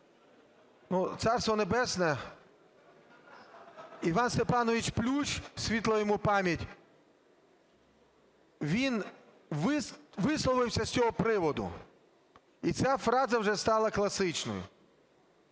Царство Небесне, Іван Степанович Плющ, світла йому пам'ять, він висловився з цього приводу і ця фраза вже стала класичною: